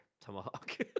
Tomahawk